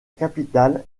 capitale